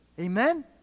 Amen